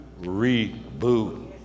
reboot